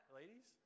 ladies